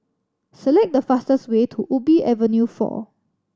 select the fastest way to Ubi Avenue Four